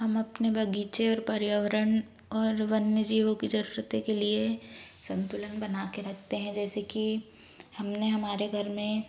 हम अपने बगीचे और पर्यावरण और वन्य जीवों की ज़रूरतें के लिए संतुलन बना कर रखते हैं जैसे कि हमने हमारे घर में